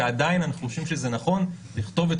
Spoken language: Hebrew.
ועדיין אנחנו חושבים שזה נכון לכתוב את